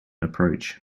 approach